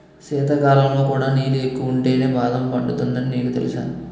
శీతాకాలంలో కూడా నీళ్ళు ఎక్కువుంటేనే బాదం పండుతుందని నీకు తెలుసా?